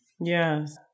Yes